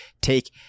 take